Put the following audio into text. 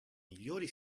migliori